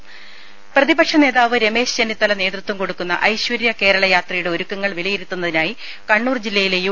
രുര പ്രതിപക്ഷനേതാവ് രമേശ് ചെന്നിത്തല നേതൃത്വം കൊടുക്കുന്ന ഐശ്വര്യ കേരളയാത്രയുടെ ഒരുക്കങ്ങൾ വിലയിരുത്തുന്നതിനായി കണ്ണൂർ ജില്ലയിലെ യു